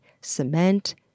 cement